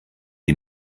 die